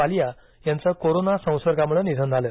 वालिया यांचं कोरोना संसर्गामुळं निधन झालं